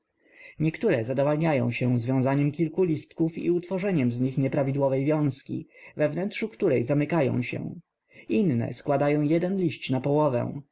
śpiżarnię niektóre zadawalniają się związaniem kilku listków i utworzeniem z nich nieprawidłowej wiązki we wnętrzu której zamykają się inne składają jeden liść na połowę